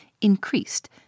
increased